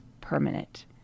permanent